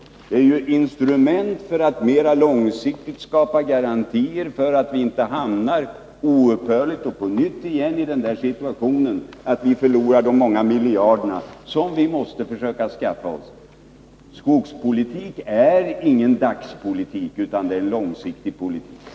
Vi måste vidta åtgärder för att mer långsiktigt skapa garantier för att vi inte — oupphörligen och på nytt — hamnar i situationen att vi förlorar många miljarder. Skogspolitik är ingen dagspolitik utan en långsiktig politik.